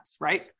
Right